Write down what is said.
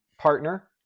partner